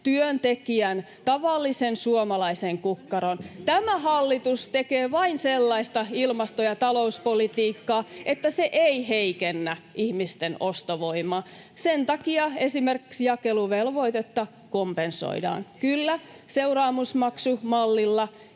työntekijän, tavallisen suomalaisen, kukkaroon. [Krista Kiurun välihuuto] Tämä hallitus tekee vain sellaista ilmasto- ja talouspolitiikkaa, [Mikko Savolan välihuuto] että se ei heikennä ihmisten ostovoimaa. Sen takia esimerkiksi jakeluvelvoitetta kompensoidaan, kyllä, seuraamusmaksumallilla